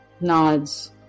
nods